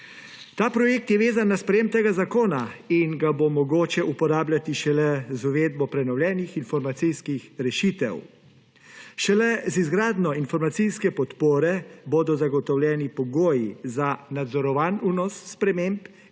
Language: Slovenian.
Ta projekt je vezan na sprejetje tega zakona in ga bo mogoče uporabljati šele z uvedbo prenovljenih informacijskih rešitev. Šele z izgradnjo informacijske podpore bodo zagotovljeni pogoji za nadzorovan vnos sprememb